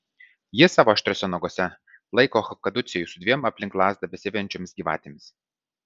ji savo aštriuose naguose laiko kaducėjų su dviem aplink lazdą besivejančiomis gyvatėmis